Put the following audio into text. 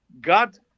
God